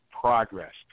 progress